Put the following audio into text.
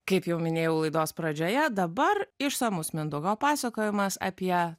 kaip jau minėjau laidos pradžioje dabar išsamus mindaugo pasakojimas apie